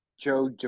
Joe